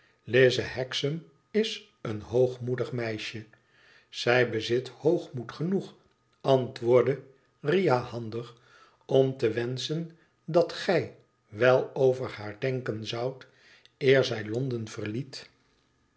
lize hexam is een hoogmoedig meisje zij bezit hoogmoed genoeg antwoordde riah handig om te wenschen dat gij wèl over haar denken zoudt eer zij londen verliet